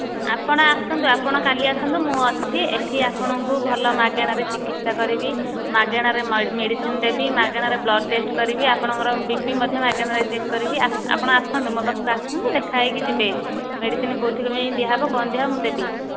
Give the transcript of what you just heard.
ଆପଣ ଆସନ୍ତୁ ଆପଣ କାଲି ଆସନ୍ତୁ ମୁଁ ଅଛି ଏଇଠି ଆପଣଙ୍କୁ ଭଲ ମାଗଣାରେ ଚିକିତ୍ସା କରିବି ମାଗଣାରେ ମେଡ଼ିସିନ୍ ଦେବି ମାଗଣାରେ ବ୍ଲଡ଼୍ ଟେଷ୍ଟ୍ କରିବି ଆପଣଙ୍କର ବି ପି ମଧ୍ୟ ମାଗଣାରେ ଚେକ୍ କରିବି ଆପଣ ଆସନ୍ତୁ ମୋ ପାଖକୁ ଆସନ୍ତୁ ଦେଖା ହୋଇକି ଯିବେ ମେଡ଼ିସିନ୍ କେଉଁଥିପାଇଁ ଦିଆହେବ କ'ଣ ଦିଆହେବ ମୁଁ ଦେବି